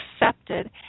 accepted